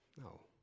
No